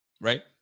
Right